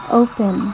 open